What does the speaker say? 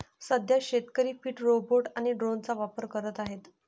सध्या शेतकरी field robot आणि ड्रोनचा वापर करत आहेत